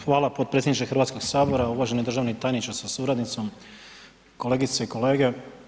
Hvala potpredsjedniče Hrvatskog sabora, uvaženi državni tajniče sa suradnicom, kolegice i kolege.